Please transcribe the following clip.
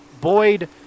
Boyd